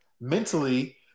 mentally